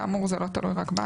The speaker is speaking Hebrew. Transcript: כאמור, זה לא תלוי רק בנו.